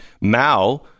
Mao